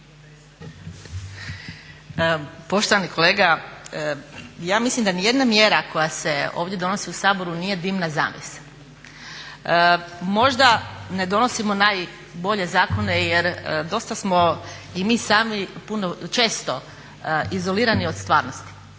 Poštovani kolega, ja mislim da ni jedna mjera koja se ovdje donosi u Saboru nije dimna zavjesa. Možda ne donosimo najbolje zakone jer dosta smo i mi sami često izolirani od stvarnosti